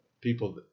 people